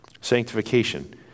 Sanctification